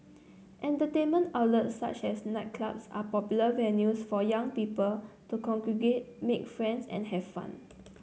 entertainment outlets such as nightclubs are popular venues for young people to congregate make friends and have fun